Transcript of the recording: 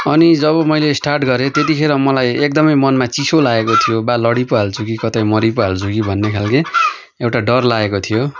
अनि जब मैले स्टार्ट गरेँ त्यतिखेर मलाई एकदमै मनमा चिसो लागेको थियो बा लडी पो हाल्छु कि कतै मरी पो हाल्छु कि भन्ने खालको एउटा डर लागेको थियो